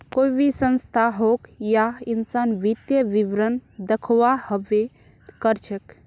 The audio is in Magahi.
कोई भी संस्था होक या इंसान वित्तीय विवरण दखव्वा हबे कर छेक